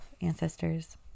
ancestors